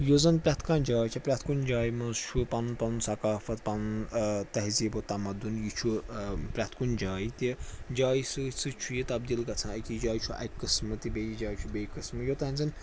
یُس زَن پرٛتھ کانٛہہ جاے چھِ پرٛتھ کُنہِ جایہِ منٛز چھُ پَنُن پَنُن ثقافت پَنُن تہذیٖب و تمدُن یہِ چھُ پرٛتھ کُنہِ جایہِ تہِ جایہِ سۭتۍ سۭتۍ چھُ یہِ تبدیٖل گژھان أکِس جایہِ چھُ اَکہِ قٕسمہٕ تہٕ بیٚیِس جایہِ چھُ بیٚیہِ قٕسمہٕ یوتانۍ زَن